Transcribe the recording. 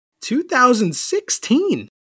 2016